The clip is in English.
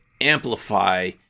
amplify